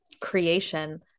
Creation